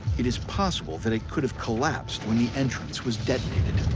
it is possible that it could have collapsed when the entrance was detonated.